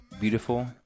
beautiful